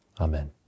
Amen